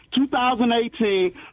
2018